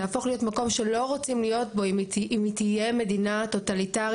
תהפוך להיות מקום שלא רוצים להיות בו אם היא תהיה מדינה טוטליטארית,